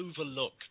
overlook